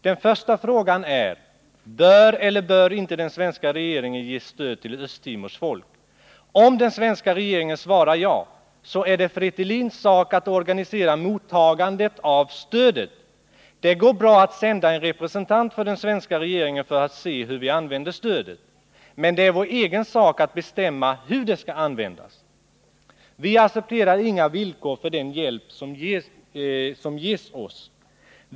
Den första frågan är: Bör eller bör inte den svenska regeringen ge stöd till Östtimors folk? Om den svenska regeringen svarar ja, så är det Fretilins sak att organisera mottagandet av stödet. Det går bra att sända en representant för den svenska regeringen för att se hur vi använder stödet. Men det är vår egen sak att bestämma hur det skall användas. Vi accepterar inga villkor för den hjälp som ges oss.